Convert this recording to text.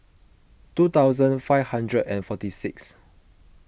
two thousand five hundred and forty six